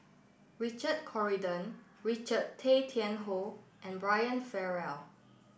Richard Corridon Richard Tay Tian Hoe and Brian Farrell